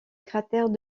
cratère